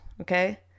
okay